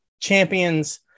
champions